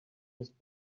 his